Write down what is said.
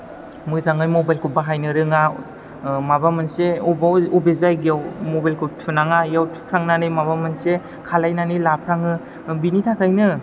मोजाङै मबाइलखौ बाहायनो रोङा माबा मोनसे बबाव बबे जायगायाव मबाइलखौ थुनाङा बेयाव थुफ्लांनानै माबा मोनसे खालामनानै लाफ्लाङो बेनि थाखायनो